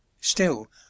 Still